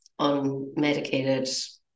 unmedicated